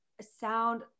sound